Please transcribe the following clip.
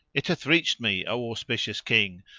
it hath reached me, o auspicious king,